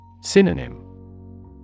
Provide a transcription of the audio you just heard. Synonym